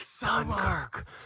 Dunkirk